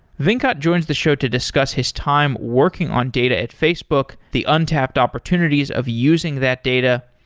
venkat joins the show to discuss his time working on data at facebook, the untapped opportunities of using that data,